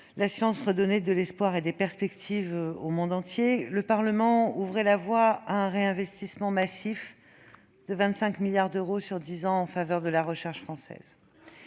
la science redonnait de l'espoir et des perspectives au monde entier, le Parlement ouvrait la voie à un réinvestissement massif de 25 milliards d'euros sur dix ans en faveur de la recherche française.